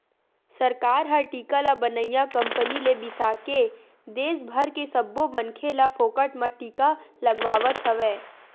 सरकार ह टीका ल बनइया कंपनी ले बिसाके के देस भर के सब्बो मनखे ल फोकट म टीका लगवावत हवय